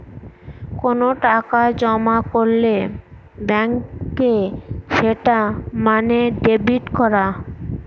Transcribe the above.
কোনো টাকা জমা করলে ব্যাঙ্কে সেটা মানে ডেবিট করা